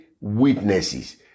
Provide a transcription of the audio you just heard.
witnesses